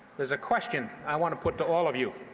there's a question i want to put to all of you,